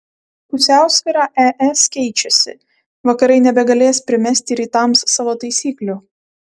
pusiausvyra es keičiasi vakarai nebegalės primesti rytams savo taisyklių